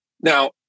Now